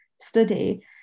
study